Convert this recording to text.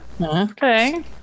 Okay